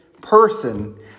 person